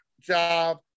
job